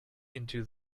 into